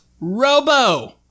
ROBO